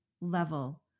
level